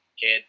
kid